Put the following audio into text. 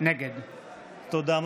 נגד תודה.